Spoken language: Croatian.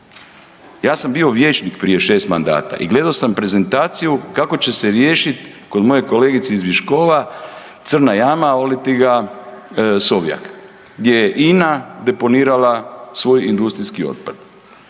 Ja sam bio vijećnik prije 6 mandata i gledao sam prezentaciju kako će se riješit kod moje kolegice iz Viškova crna jama olitiga Sovjak gdje je INA deponirala svoj industrijski otpad.